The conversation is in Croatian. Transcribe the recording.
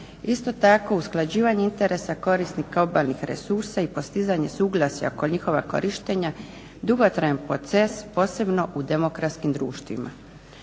Isto tako, usklađivanje interesa korisnika obalnih resursa i postizanje suglasja oko njihova korištenja dugotrajan proces posebno u demokratskim društvima.